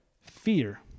Fear